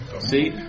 See